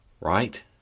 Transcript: right